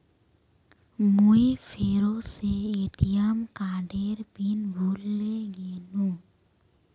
मुई फेरो से ए.टी.एम कार्डेर पिन भूले गेनू